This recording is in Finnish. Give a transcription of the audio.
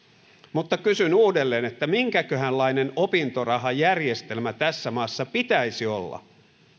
mutta kysyn uudelleen minkäköhänlainen opintorahajärjestelmä tässä maassa pitäisi olla